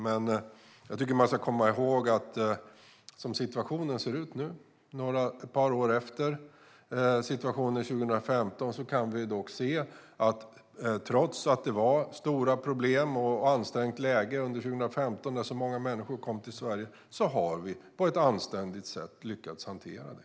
Jag tycker att man ska komma ihåg hur situationen ser ut nu, ett par år efter situationen 2015. Trots att det var stora problem och ett ansträngt läge under 2015, när många människor kom till Sverige, har vi på ett anständigt sätt lyckats hantera det.